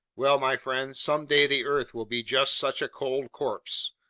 well, my friend, someday the earth will be just such a cold corpse.